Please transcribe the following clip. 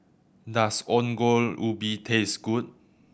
does Ongol Ubi taste good